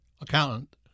accountant